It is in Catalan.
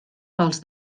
pels